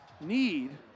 need